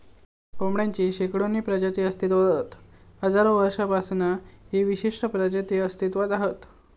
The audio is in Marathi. कोंबडेची शेकडोनी प्रजाती अस्तित्त्वात हत हजारो वर्षांपासना ही विशिष्ट प्रजाती अस्तित्त्वात हत